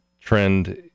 trend